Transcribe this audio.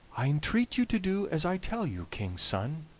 i entreat you to do as i tell you, king's son,